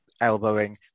elbowing